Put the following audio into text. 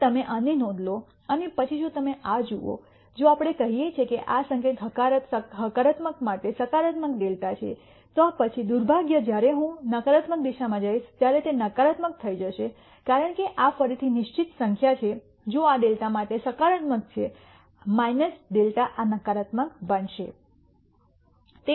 હવે તમે આની નોંધ લો અને પછી જો તમે આ જુઓ જો આપણે કહીએ કે આ સંકેત હકારાત્મક માટે સકારાત્મક δ છે તો પછી દુર્ભાગ્યે જ્યારે હું નકારાત્મક દિશામાં જઈશ ત્યારે તે નકારાત્મક થઈ જશે કારણ કે આ ફરીથી નિશ્ચિત સંખ્યા છે જો આ δ માટે સકારાત્મક છે δ આ નકારાત્મક બનશે